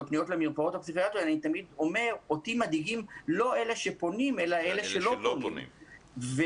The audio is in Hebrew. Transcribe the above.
אני תמיד אומר שאותי מדאיגים לא אלה שפונים אלא אלה שלא פונים.